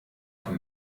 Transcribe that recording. für